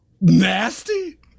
Nasty